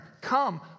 Come